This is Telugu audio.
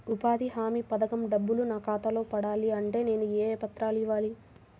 ఉపాధి హామీ పథకం డబ్బులు నా ఖాతాలో పడాలి అంటే నేను ఏ పత్రాలు ఇవ్వాలి?